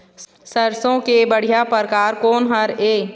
सरसों के बढ़िया परकार कोन हर ये?